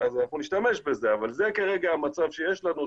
אנחנו נשתמש בהן, אבל זה כרגע המצב שיש לנו.